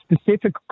specific